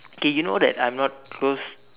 okay you know that I'm not close